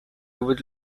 would